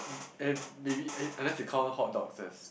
and maybe and unless you count hotdogs as